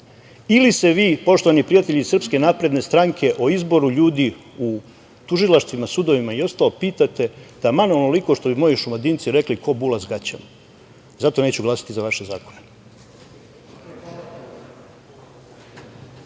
ili se vi, poštovani prijatelji SNS, o izboru ljudi u tužilaštvima, sudovima i ostalo pitate taman onoliko, što bi moji Šumadinci rekli, ko bula s gaćama. Zato neću glasati za vaše zakone.